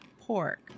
pork